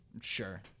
Sure